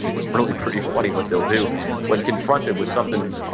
it's really pretty funny what they'll do when confronted with something.